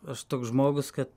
aš toks žmogus kad